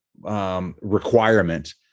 requirement